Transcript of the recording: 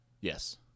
Yes